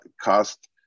cost